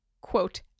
quote